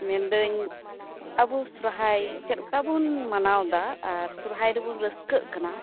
ᱢᱮᱱᱫᱟᱹᱧ ᱟᱵᱚ ᱥᱚᱨᱦᱟᱭ ᱪᱮᱫᱞᱮᱠᱟ ᱵᱚᱱ ᱢᱟᱱᱟᱣᱫᱟ ᱟᱨ ᱥᱚᱨᱦᱟᱭ ᱨᱮᱵᱚᱱ ᱨᱟᱹᱥᱠᱟᱹᱜ ᱠᱟᱱᱟ